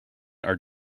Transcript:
are